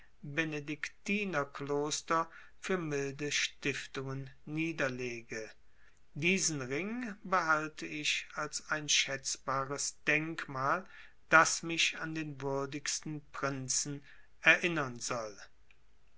benediktinerkloster für milde stiftungen niederlege diesen ring behalte ich als ein schätzbares denkmal das mich an den würdigsten prinzen erinnern soll